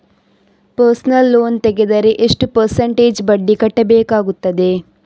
Personal loan ತೆಗೆದರೆ ಎಷ್ಟು percentage ಬಡ್ಡಿ ಕಟ್ಟಬೇಕಾಗುತ್ತದೆ?